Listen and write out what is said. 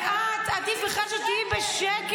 ואת, עדיף בכלל שתהיי בשקט.